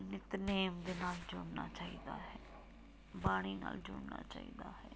ਨਿਤਨੇਮ ਦੇ ਨਾਲ ਜੁੜਨਾ ਚਾਹੀਦਾ ਹੈ ਬਾਣੀ ਨਾਲ ਜੁੜਨਾ ਚਾਹੀਦਾ ਹੈ